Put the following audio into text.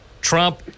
Trump